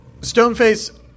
Stoneface